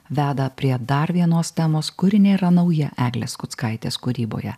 veda prie dar vienos temos kuri nėra nauja eglės kuckaitės kūryboje